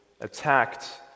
attacked